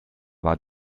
war